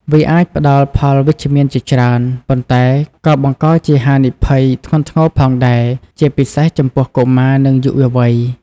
វាអាចផ្តល់ផលវិជ្ជមានជាច្រើន ប៉ុន្តែក៏បង្កជាហានិភ័យធ្ងន់ធ្ងរផងដែរ ជាពិសេសចំពោះកុមារ និងយុវវ័យ។